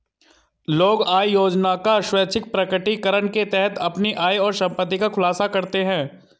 लोग आय योजना का स्वैच्छिक प्रकटीकरण के तहत अपनी आय और संपत्ति का खुलासा करते है